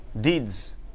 deeds